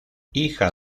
hija